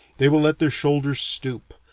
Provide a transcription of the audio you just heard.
they will let their shoulders stoop,